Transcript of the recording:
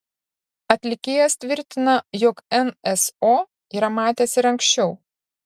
atlikėjas tvirtina jog nso yra matęs ir anksčiau